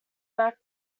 back